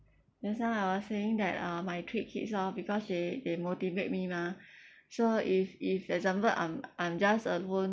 just now I was saying that uh my three kids orh because they they motivate me mah so if if example I'm I'm just alone